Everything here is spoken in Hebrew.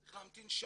צריך להמתין שעות.